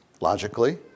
logically